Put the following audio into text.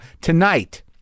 Tonight